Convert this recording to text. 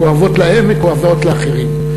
כואבות להם וכואבות לאחרים.